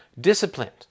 disciplined